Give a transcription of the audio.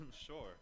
Sure